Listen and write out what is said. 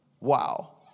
Wow